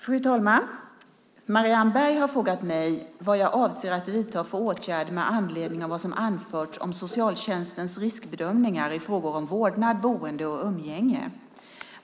Fru talman! Marianne Berg har frågat mig vad jag avser att vidta för åtgärder med anledning av vad som anförts om socialtjänstens riskbedömningar i frågor om vårdnad, boende och umgänge.